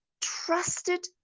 trusted